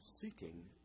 seeking